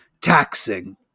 taxing